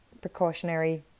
precautionary